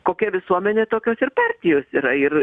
kokia visuomenė tokios ir partijos yra ir